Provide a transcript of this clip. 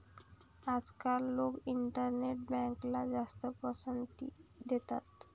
आजकाल लोक इंटरनेट बँकला जास्त पसंती देतात